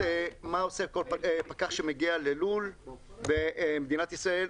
מה עושה כל פקח שמגיע ללול במדינת ישראל.